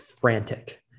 frantic